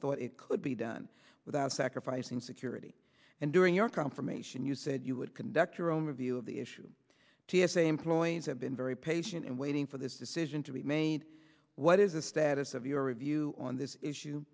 thought it could be done without sacrificing security and during your confirmation you said you would conduct your own review of the issue t s a employees have been very patient and waiting for this decision to be made what is the status of your review on this issue